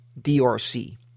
DRC